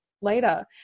later